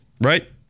Right